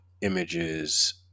images